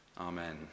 Amen